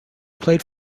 played